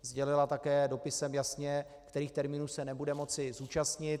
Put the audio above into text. Sdělila také dopisem jasně, kterých termínů se nebude moci zúčastnit.